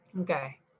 Okay